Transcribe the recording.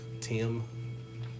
Tim